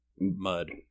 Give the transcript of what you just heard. mud